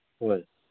ꯍꯣꯏ